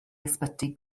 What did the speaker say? ysbyty